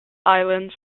islands